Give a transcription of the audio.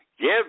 give